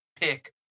pick